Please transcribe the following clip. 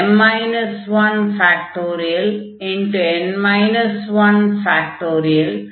mn 1